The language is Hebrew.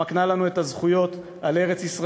המקנה לנו את הזכויות על ארץ-ישראל,